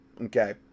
okay